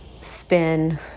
spin